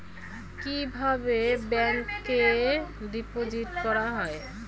কিভাবে ব্যাংকে ডিপোজিট করা হয়?